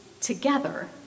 together